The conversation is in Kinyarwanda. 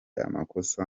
amakosa